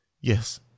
Yes